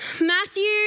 Matthew